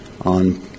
on